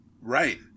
right